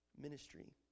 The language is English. ministry